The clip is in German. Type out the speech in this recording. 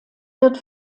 wird